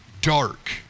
dark